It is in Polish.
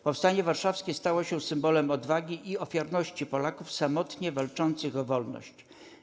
Powstanie Warszawskie stało się symbolem odwagi i ofiarności Polaków samotnie walczących o wolność.